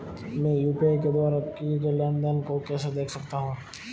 मैं यू.पी.आई के द्वारा किए गए लेनदेन को कैसे देख सकता हूं?